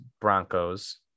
Broncos